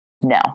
No